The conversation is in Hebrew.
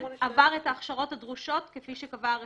עבר את ההכשרות הדרושות כפי שקבעה הרשות?